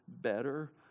better